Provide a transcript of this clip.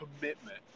commitment